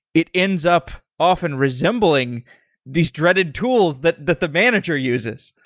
it ends up often resembling these dreaded tools that that the manager uses?